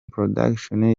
production